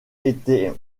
étaient